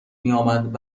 میامد